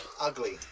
Ugly